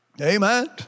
Amen